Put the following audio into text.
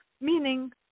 meaning